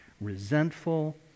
Resentful